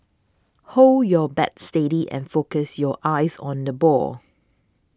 hold your bat steady and focus your eyes on the ball